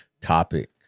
topic